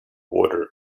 water